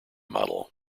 model